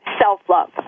self-love